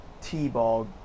t-ball